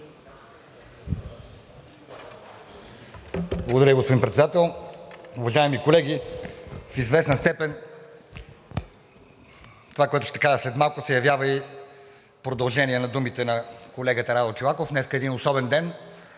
Благодаря, господин Председател. Уважаеми колеги, в известна степен това, което ще кажа след малко, се явява и продължение на думите на колегата Радо Чолаков. Днес е един особен ден,